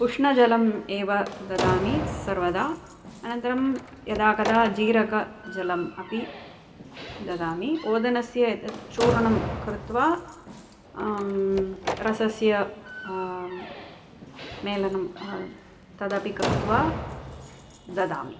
उष्णजलम् एव ददामि सर्वदा अनन्तरं यदा कदा जीरकजलम् अपि ददामि ओदनस्य एतद् चूर्णं कृत्वा रसस्य मेलनं तदपि कृत्वा ददामि